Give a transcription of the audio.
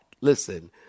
Listen